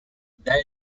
there